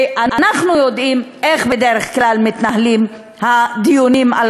ואנחנו יודעים איך בדרך כלל מתנהלים הדיונים על